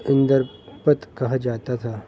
اندر پت کہا جاتا تھا